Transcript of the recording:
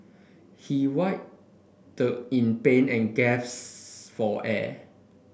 he writhed in pain and for air